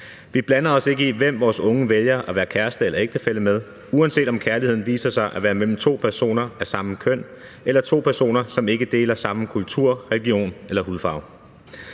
Vi blander os ikke i, hvem vores unge vælger at være kæreste eller ægtefælle med, uanset om kærligheden viser sig at være mellem to personer af samme køn eller to personer, som ikke deler samme kultur, religion eller hudfarve.